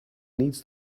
needs